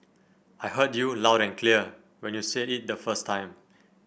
I heard you loud and clear when you said it the first time